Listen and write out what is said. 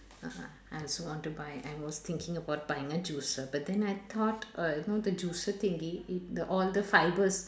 (uh huh) I also want to buy I was thinking about buying a juicer but then I thought uh you know the juicer thingy it the all the fibres